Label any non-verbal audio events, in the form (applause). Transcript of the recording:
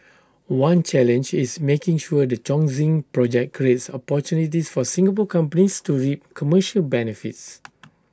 one challenge is making sure the Chongqing project creates opportunities for Singapore companies to reap commercial benefits (noise)